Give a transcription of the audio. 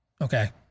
Okay